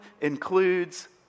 includes